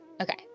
Okay